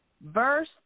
Verse